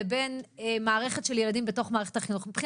לבין מערכת של ילדים בתוך מערכת החינוך.